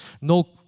no